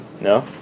No